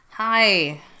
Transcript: Hi